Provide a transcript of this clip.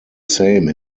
same